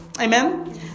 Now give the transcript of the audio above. Amen